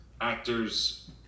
actors